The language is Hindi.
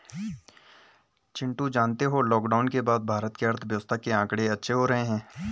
चिंटू जानते हो लॉकडाउन के बाद भारत के अर्थव्यवस्था के आंकड़े अच्छे हो रहे हैं